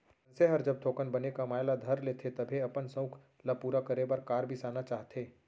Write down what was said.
मनसे हर जब थोकन बने कमाए ल धर लेथे तभे अपन सउख ल पूरा करे बर कार बिसाना चाहथे